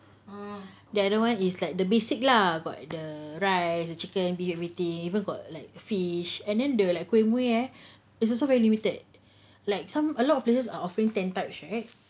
uh the other one is like the basic lah got the rice chicken everything even got like fish and then the like kuih muih ah it's also very limited like some a lot of places are offering ten types right